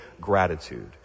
gratitude